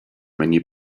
many